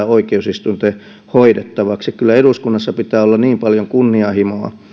oikeusistuinten hoidettavaksi kyllä eduskunnassa pitää olla niin paljon kunnianhimoa